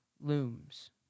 looms